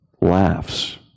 laughs